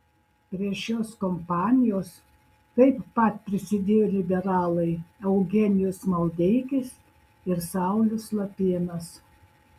prie šios kompanijos taip pat prisidėjo liberalai eugenijus maldeikis ir saulius lapėnas